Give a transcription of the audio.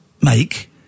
make